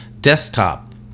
desktop